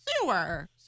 sewer